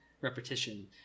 repetition